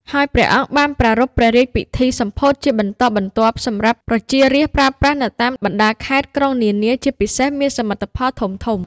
ហើយព្រះអង្គបានប្រារព្ធព្រះរាជពិធីសម្ពោធជាបន្តបន្ទាប់ សម្រាប់ប្រជា រាស្រ្តប្រើប្រាស់នៅតាមបណ្តាខេត្ត ក្រុងនានា ជាពិសេសមានសមិទ្ធផលធំៗ។